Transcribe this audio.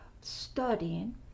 studying